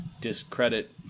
discredit